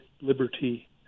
liberty